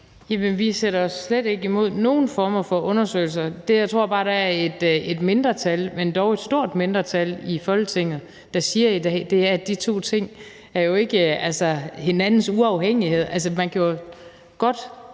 vi sætter os slet ikke imod nogen former for undersøgelser. Jeg tror bare, der er et mindretal, men dog et stort mindretal, i Folketinget, der siger i dag, at de to ting jo ikke er afhængige af hinanden. Man kan jo godt